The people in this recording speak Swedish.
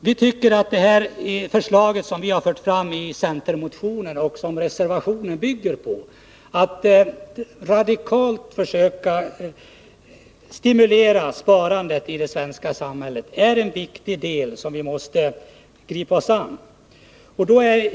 Vi tycker att det förslag som vi har fört fram i centermotionen och som reservationen bygger på, dvs. att radikalt försöka stimulera sparandet i det svenska samhället, är en viktig del som vi måste gripa oss an.